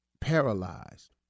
paralyzed